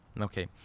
Okay